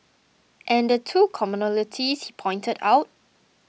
and the two commonalities he pointed out